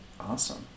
Awesome